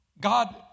God